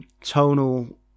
tonal